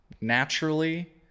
naturally